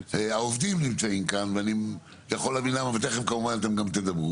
העובדים נמצאים כאן ואני יכול להבין למה ותינתן לכם רשות הדיבור